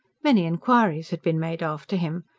many inquiries had been made after him.